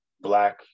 black